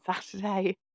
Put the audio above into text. Saturday